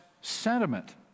sentiment